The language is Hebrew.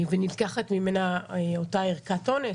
ונלקחת ממנה אותה ערכת אונס,